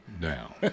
down